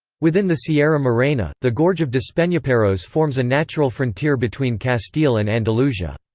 within the sierra morena, the gorge of despenaperros forms a natural frontier between castile and andalusia.